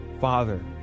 father